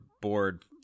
board